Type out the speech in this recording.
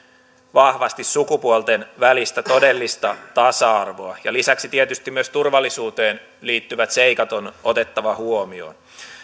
vahvasti sukupuolten välistä todellista tasa arvoa ja lisäksi tietysti myös turvallisuuteen liittyvät seikat on otettava huomioon